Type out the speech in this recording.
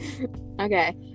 Okay